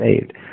saved